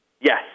Yes